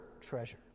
treasure